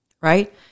Right